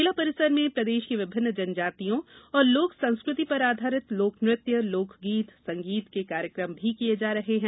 मेला परिसर में प्रदेश की विभिन्न जनजातियों और लोक संस्कृति पर आधारित लोकनत्य लोकगीत संगीत के कार्यक्रम भी किये जा रहे हैं